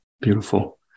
beautiful